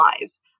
lives